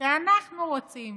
שאנחנו רוצים